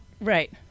Right